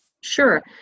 Sure